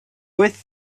with